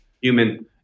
Human